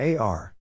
AR